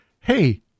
Hey